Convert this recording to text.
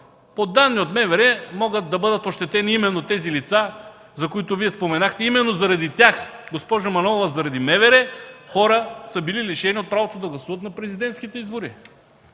По данни от МВР могат да бъдат ощетени именно тези лица, за които Вие споменахте. Именно заради тях, госпожо Манолова, заради МВР, хора са били лишени от правото да гласуват на президентските избори.